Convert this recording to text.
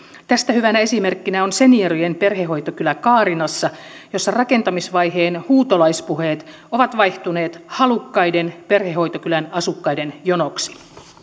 tästä hyvänä esimerkkinä on seniorien perhehoitokylä kaarinassa jossa rakentamisvaiheen huutolaispuheet ovat vaihtuneet halukkaiden perhehoitokylän asukkaiden jonoksi